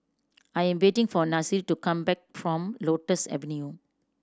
I am waiting for Nasir to come back from Lotus Avenue